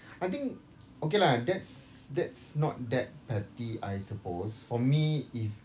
I think okay lah that's that's not that petty I suppose for me if